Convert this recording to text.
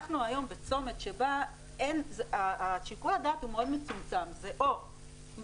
אנחנו היום בצומת שבו שיקול הדעת הוא מאוד מצומצם זה או טייס